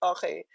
Okay